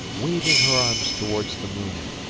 waving her arms towards the moon,